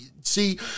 see